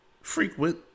frequent